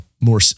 more